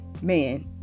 Man